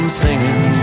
singing